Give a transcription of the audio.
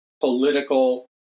political